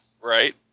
Right